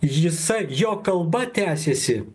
jisai jo kalba tęsėsi